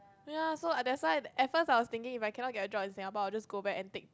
ya so th~ that's why at first I was thinking if I cannot find a job in Singapore I'll just go back and take